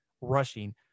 rushing